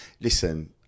listen